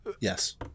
yes